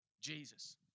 Jesus